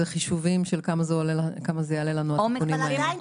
זה חישובים של כמה זה יעלה לנו התיקונים האלה.